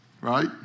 Right